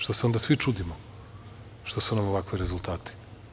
Što se onda svi čudimo što su nam ovakvi rezultati?